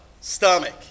Stomach